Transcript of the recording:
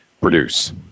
produce